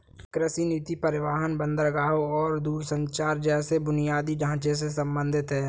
कृषि नीति परिवहन, बंदरगाहों और दूरसंचार जैसे बुनियादी ढांचे से संबंधित है